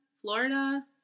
Florida